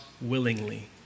willingly